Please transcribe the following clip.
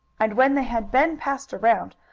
and when they had been passed around,